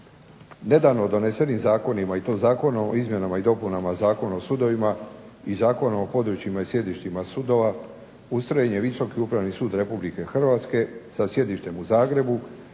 Nedavno donesenim zakonima i to Zakonom o izmjenama i dopunama Zakona o sudovima i Zakona o područjima i sjedištima sudova ustrojen je Visoki upravni sud Republike Hrvatske sa sjedištem u Zagrebu